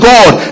God